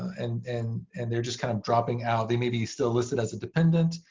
and and and they're just kind of dropping out. they may be still listed as a dependent,